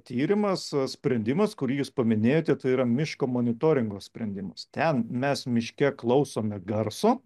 tyrimas sprendimas kurį jūs paminėjote tai yra miško monitoringo sprendimas ten mes miške klausome garso